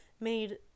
made